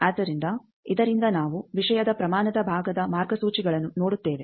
ಆದ್ದರಿಂದ ಇದರಿಂದ ನಾವು ವಿಷಯದ ಪ್ರಮಾಣದ ಭಾಗದ ಮಾರ್ಗಸೂಚಿಗಳನ್ನು ನೋಡುತ್ತೇವೆ